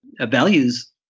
Values